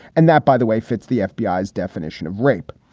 and that, by the way, fits the f b i s definition of rape.